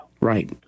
Right